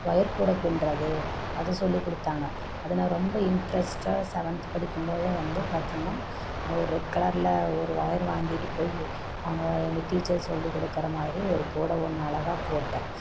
wire கூடை பின்னுறது அது சொல்லி கொடுத்தாங்க அது நான் ரொம்ப இன்ட்ரஸ்ட்டாக சவன்த் படிக்கும் போது வந்து பார்த்தீங்கன்னா ஒரு ரெட் கலரில் ஒரு ஒயர் வாங்கிட்டு போய் அங்கே எங்கள் டீச்சர் சொல்லி கொடுக்கற மாதிரி ஒரு கூட ஒன்று அழகாக போட்டேன்